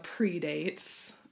predates